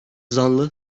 zanlı